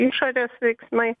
išorės veiksmai